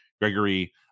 Gregory